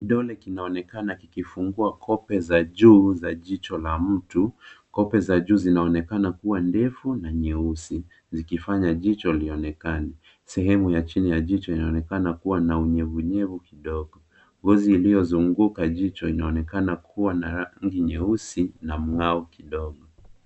Kidole kinaonekana kikifungua kope za juu za jicho la mtu, kope za juu zinaonekana kuwa ndefu na nyeusi, zikifanya jicho lionekane. Sehemu ya chini ya jicho inaonekana kuwa na unyevunyevu kidogo. Ngozi iliyozunguka jicho inaonekana kuwa na rangi nyeusi na mng'ao kidogo.